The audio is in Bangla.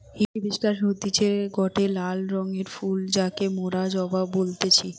হিবিশকাস হতিছে গটে লাল রঙের ফুল যাকে মোরা জবা বলতেছি